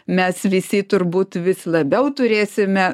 mes visi turbūt vis labiau turėsime